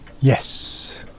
Yes